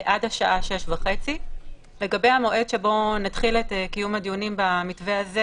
עד השעה 18:30. לגבי המועד שבו נתחיל את קיום הדיונים במתווה הזה,